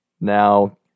Now